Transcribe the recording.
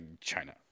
China